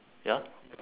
ya